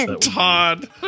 Todd